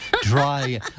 dry